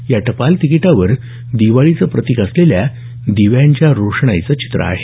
या टपाल तिकिटावर दिवाळीचं प्रतीक असलेल्या दिव्यांच्या रोषणाईचं चित्र आहे